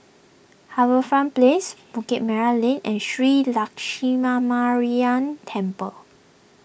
HarbourFront Place Bukit Merah Lane and Shree Lakshminarayanan Temple